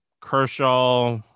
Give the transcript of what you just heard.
Kershaw